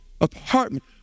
apartment